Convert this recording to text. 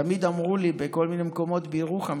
תמיד אמרו לי בכל מיני מקומות בירוחם,